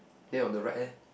then on the right eh